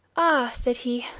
ah! said he,